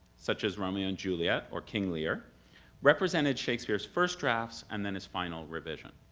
such as romeo and juliet or king lear represented shakespeare's first drafts and then his final revision.